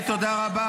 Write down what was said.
--- תגנו עליהם,